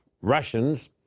Russians